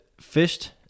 fished